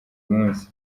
munsi